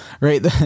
right